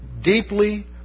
deeply